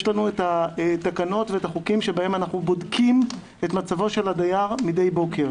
יש לנו התקנות והחוקים שבהם אנחנו בודקים את מצבו של הדייר מדי בוקר.